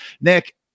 nick